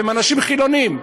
הם אנשים חילונים,